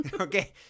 Okay